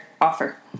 offer